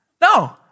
No